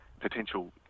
potential